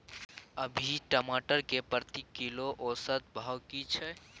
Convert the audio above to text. अभी टमाटर के प्रति किलो औसत भाव की छै?